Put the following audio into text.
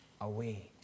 away